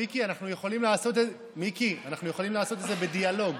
מיקי, אנחנו יכולים לעשות את זה בדיאלוג.